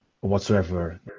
whatsoever